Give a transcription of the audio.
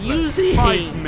using